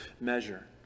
measure